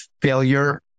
failure